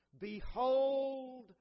Behold